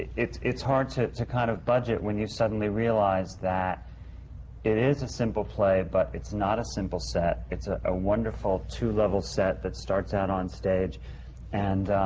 it's it's hard to to kind of budget when you suddenly realize that it is a simple play, but it's not a simple set. it's ah a wonderful, two level set that starts out on stage and